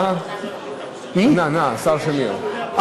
ענה השר שמיר.